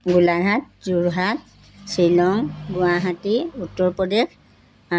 Golaghat Jorhat Shillong Guwahati Uttar Pradesh